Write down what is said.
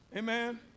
Amen